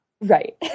Right